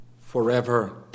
forever